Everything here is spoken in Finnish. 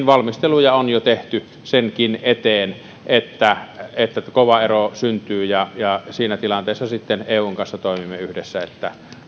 valmisteluja on jo tehty senkin eteen että kova ero syntyy ja ja siinä tilanteessa että syntyisi kova ero eun kanssa sitten toimimme yhdessä että